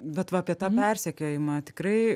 bet va apie tą persekiojimą tikrai